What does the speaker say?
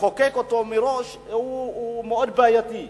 לחוקק אותו, מראש מאוד בעייתי.